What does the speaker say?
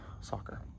soccer